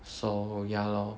so ya lor